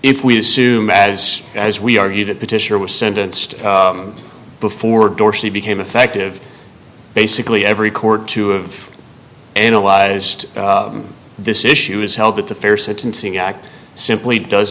if we assume as as we argue that petitioner was sentenced before dorsey became effective basically every court two of analyzed this issue is held at the fair sentencing act simply does